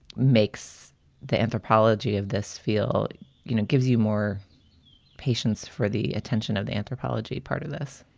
makes the anthropology of this feel. you know, it gives you more patients for the attention of the anthropology part of this.